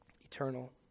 eternal